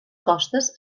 costes